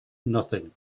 nothing